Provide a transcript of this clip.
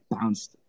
bounced